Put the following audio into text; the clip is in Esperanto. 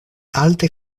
alte